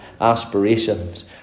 aspirations